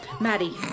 Maddie